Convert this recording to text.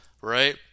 Right